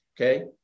okay